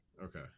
Okay